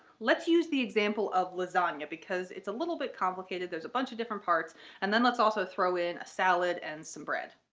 let's use the example of lasagna because it's a little bit complicated, there's a bunch of different parts and then, let's also throw in a salad and some bread